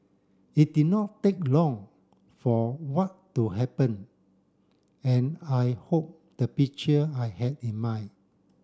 it did not take long for what to happen and I hope the picture I had in mind